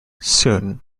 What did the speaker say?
soon